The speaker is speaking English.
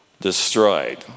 destroyed